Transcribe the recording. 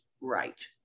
right